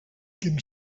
can